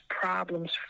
problems